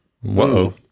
Whoa